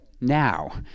now